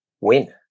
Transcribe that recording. win